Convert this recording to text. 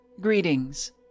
Greetings